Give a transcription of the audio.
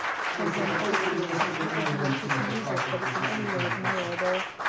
for yon orpheus has little beyond his music that is in any way admirable.